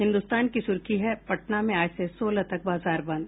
हिन्दुस्तान की सुर्खी है पटना में आज से सोलह तक बाजार बंद